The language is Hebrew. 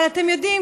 אבל אתם יודעים,